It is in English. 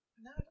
No